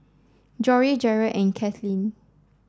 Jory Jerrad and Kathlyn